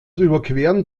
überqueren